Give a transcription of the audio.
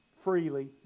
freely